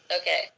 Okay